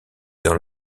dans